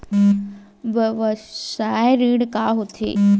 व्यवसाय ऋण का होथे?